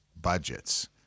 budgets